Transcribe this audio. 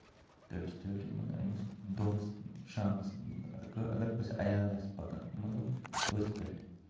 تیٚلہِ چھُ تیٚلہِ چھُ مطلب أمِس دۄہَس شامَس اَگر کٲنٛسہِ عیال آسہِ پَکان مطلب أتھۍ پٮ۪ٹھ